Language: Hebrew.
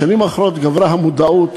בשנים האחרונות גברה המודעות